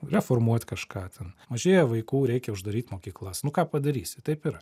reformuot kažką ten mažėja vaikų reikia uždaryt mokyklas nu ką padarysi taip yra